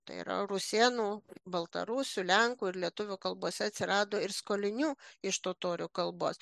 tai yra rusėnų baltarusių lenkų ir lietuvių kalbose atsirado ir skolinių iš totorių kalbos